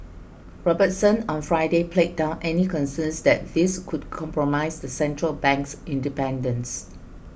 Robertson on Friday played down any concerns that this could compromise the central bank's independence